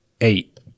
Eight